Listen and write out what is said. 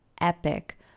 epic